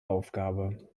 aufgabe